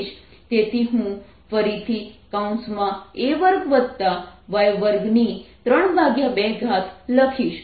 તેથી હું ફરીથી a2y232 લખીશ